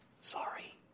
sorry